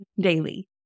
daily